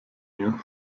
mir